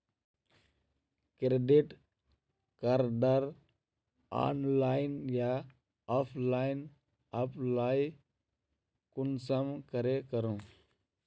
Credit कार्डेर online या offline apply कुंसम करे करूम?